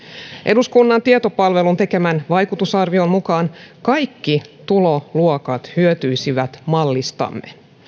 eduskunnan tietopalvelun tekemän vaikutusarvion mukaan kaikki tuloluokat hyötyisivät mallistamme